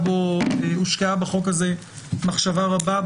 הושקעה בחוק הזה מחשבה רבה.